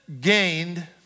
gained